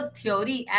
theory